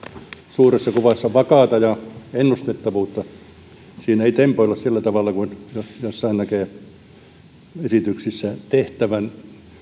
suuressa kuvassa on vakaata ja ennustettavaa siinä ei tempoilla sillä tavalla kuin joissain esityksissä näkee tehtävän